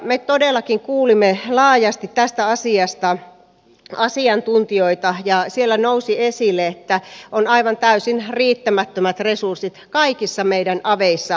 me todellakin kuulimme laajasti tästä asiasta asiantuntijoita ja siellä nousi esille että kaikissa meidän aveissa on aivan täysin riittämättömät resurssit lastensuojelutyöhön